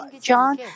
John